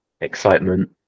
excitement